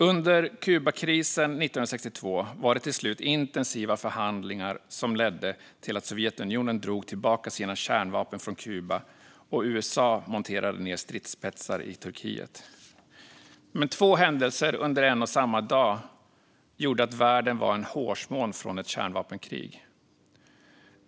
Under Kubakrisen 1962 var det till slut intensiva förhandlingar som ledde till att Sovjetunionen drog tillbaka sina kärnvapen från Kuba och USA monterade ned stridsspetsar i Turkiet. Men två händelser under en och samma dag gjorde att världen var en hårsmån från ett kärnvapenkrig.